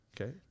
Okay